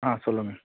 ஆ சொல்லுங்கள்